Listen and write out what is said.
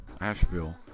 Asheville